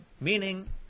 Meaning